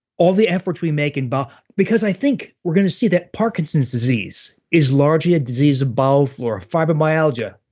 all the efforts we make in, but because i think we're gonna see that parkinson's disease is largely a disease of bowel flora. fibromyalgia,